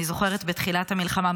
אני זוכרת בתחילת המלחמה,